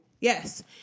Yes